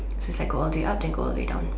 since I go all the way up then go all the way down